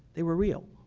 they were real.